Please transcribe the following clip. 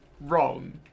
wrong